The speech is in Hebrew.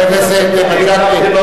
חבר הכנסת מג'אדלה,